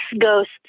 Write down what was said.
ghosts